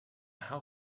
how